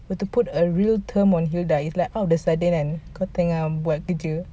were to put a real term on hilda it's like all of a sudden kan kau tengah buat kerja